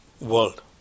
world